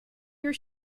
your